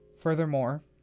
Furthermore